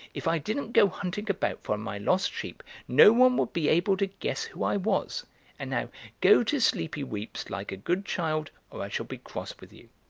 if i didn't go hunting about for my lost sheep no one would be able to guess who i was and now go to sleepy weeps like a good child or i shall be cross with you.